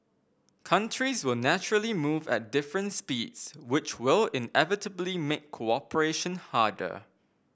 countries will naturally move at different speeds which will inevitably make cooperation harder